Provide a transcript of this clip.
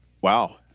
Wow